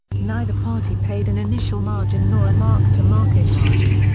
neither party paid an initial margin nor a mark-to-market margin,